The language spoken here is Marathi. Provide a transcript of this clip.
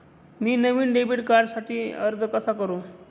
मी नवीन डेबिट कार्डसाठी अर्ज कसा करु?